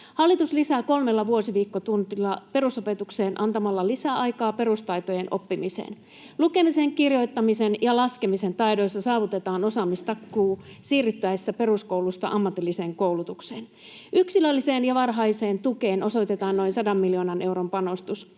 Hallitus lisää kolme vuosiviikkotuntia perusopetukseen antaakseen lisää aikaa perustaitojen oppimiseen. Lukemisen, kirjoittamisen ja laskemisen taidoissa saavutetaan osaamistakuu siirryttäessä peruskoulusta ammatilliseen koulutukseen. Yksilölliseen ja varhaiseen tukeen osoitetaan noin 100 miljoonan euron panostus.